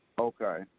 Okay